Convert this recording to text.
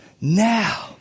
now